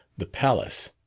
the palace